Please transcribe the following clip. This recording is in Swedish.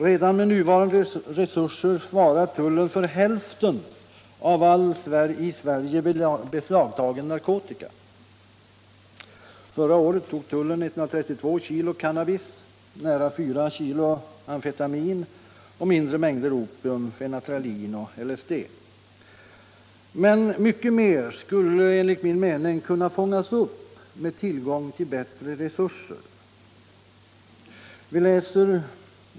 Redan med nuvarande resurser svarar tullen för hälften av alla narkotikabeslag i Sverige. Förra året tog tullen 132 kg cannabis, nära 4 kg amfetamin och mindre mängder opium, fenmetralin och LSD. Men mycket mer skulle kunna fångas upp med tillgång till bättre resurser.